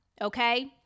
okay